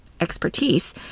expertise